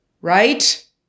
right